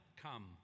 come